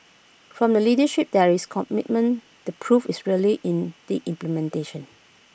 from the leadership there is commitment the proof is really in the implementation